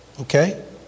Okay